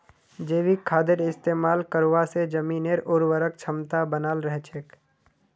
जैविक खादेर इस्तमाल करवा से जमीनेर उर्वरक क्षमता बनाल रह छेक